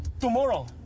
Tomorrow